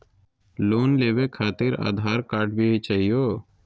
Loan लेवे खातिरआधार card भी चाहियो?